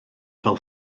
fel